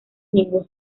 ningún